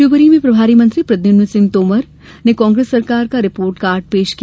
शिवपुरी में प्रभारी मंत्री प्रद्युमन सिंह तोमर ने कांग्रेस सरकार का रिपोर्ट कार्ड पेश किया